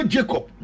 Jacob